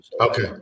okay